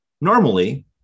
normally